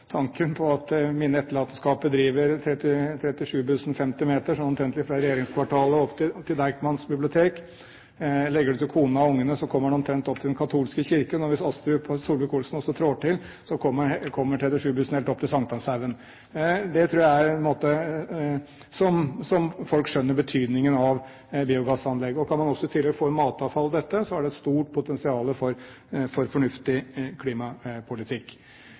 Tanken på at mine etterlatenskaper driver 37-bussen 50 meter, sånn omtrentlig, fra regjeringskvartalet og opp til Deichmanske bibliotek, er fascinerende. Legger man til kona og ungene, kommer man omtrent opp til den katolske kirken, og hvis Astrup og Solvik-Olsen også trår til, kommer 37-bussen helt opp til St. Hanshaugen! Det tror jeg er en måte folk kan skjønne betydningen av biogassanlegg på. Kan man i tillegg få inn matavfall i dette, er det et stort potensial for fornuftig klimapolitikk.